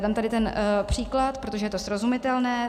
Dám tady ten příklad, protože je to srozumitelné.